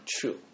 true